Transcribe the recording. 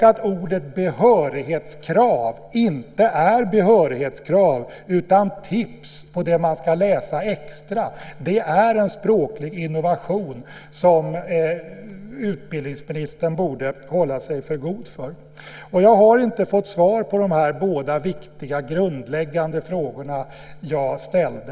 Att ordet "behörighetskrav" inte innebär behörighetskrav utan tips på det man ska läsa extra är en språklig innovation som utbildningsministern borde hålla sig för god för. Jag har inte fått svar på de båda viktiga och grundläggande frågor jag ställde.